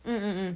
mm mm mm